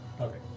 Okay